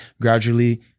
gradually